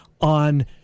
on